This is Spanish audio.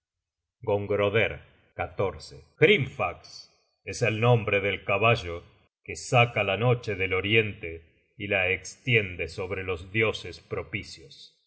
propicios gongroder hrimfaxe es el nombre del caballo que saca la noche del oriente y la estiende sobre los dioses propicios